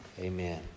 Amen